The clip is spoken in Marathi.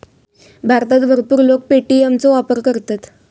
भारतात भरपूर लोक पे.टी.एम चो वापर करतत